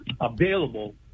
available